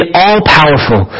all-powerful